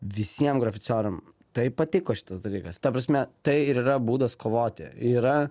visiems graficioram taip patiko šitas dalykas ta prasme tai ir yra būdas kovoti yra